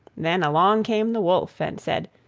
then along came the wolf and said,